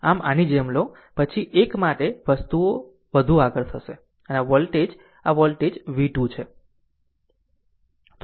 આમ આની જેમ લો પછી એક માટે વસ્તુઓ વધુ સરળ થશે અને આ વોલ્ટેજ આ વોલ્ટેજ v 2 છે